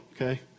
okay